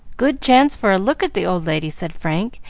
good chance for a look at the old lady, said frank,